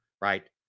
right